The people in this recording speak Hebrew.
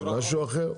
זה משהו אחר.